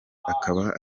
akaba